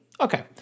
Okay